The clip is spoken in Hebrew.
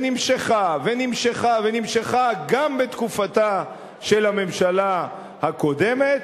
שנמשכה ונמשכה ונמשכה גם בתקופתה של הממשלה הקודמת,